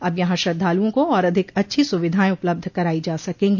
अब यहां श्रद्धालुओं को और अधिक अच्छी सुविधाएं उपलब्ध कराई जा सकेंगी